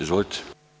Izvolite.